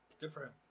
Different